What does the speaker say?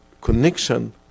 connection